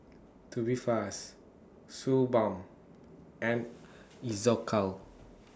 Tubifast Suu Balm and Isocal